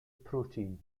protein